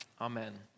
Amen